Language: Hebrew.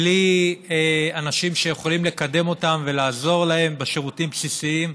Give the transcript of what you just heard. בלי אנשים שיכולים לקדם אותם ולעזור להם בשירותים בסיסיים.